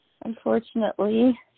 unfortunately